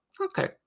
Okay